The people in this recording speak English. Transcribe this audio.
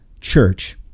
church